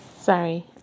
sorry